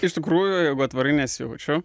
iš tikrųjų jeigu atvirai nesijaučiu